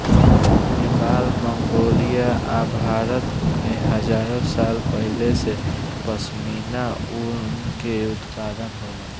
Nepal, Mongolia आ भारत में हजारो साल पहिले से पश्मीना ऊन के उत्पादन होला